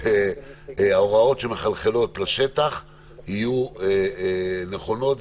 שההוראות שמחלחלות לשטח יהיו נכונות,